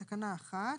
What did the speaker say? בתקנה 1,